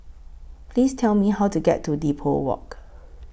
Please Tell Me How to get to Depot Walk